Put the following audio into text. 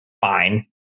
fine